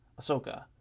ahsoka